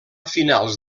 finals